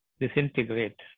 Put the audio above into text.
disintegrate